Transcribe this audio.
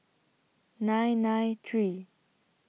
nine nine three